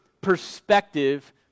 perspective